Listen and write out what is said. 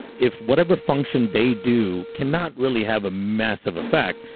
if whatever function they do cannot really have a massive effect,